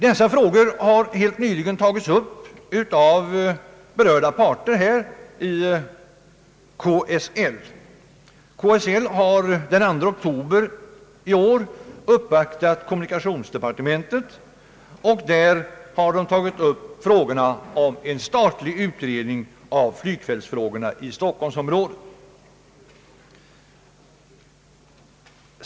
Dessa frågor har helt nyligen tagits upp av berörda parter i KSL som den 2 oktober i år uppvaktat kommunikationsdepartementet angående en statlig utredning av flygfältsfrågorna i Stockholmsområdet.